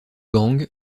bang